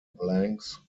blanks